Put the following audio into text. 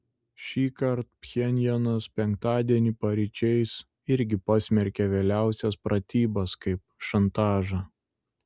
šįkart pchenjanas penktadienį paryčiais irgi pasmerkė vėliausias pratybas kaip šantažą